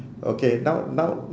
okay now now